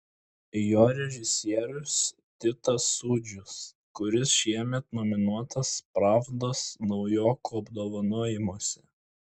jo režisierius titas sūdžius kuris šiemet nominuotas pravdos naujokų apdovanojimuose